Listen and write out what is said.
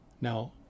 Now